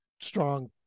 strong